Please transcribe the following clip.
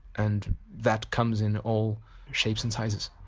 and that comes in all shapes and sizes